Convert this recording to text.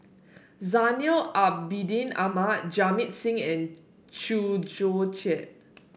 Zainal Abidin Ahmad Jamit Singh and Chew Joo Chiat